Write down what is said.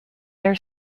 their